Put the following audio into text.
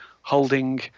holding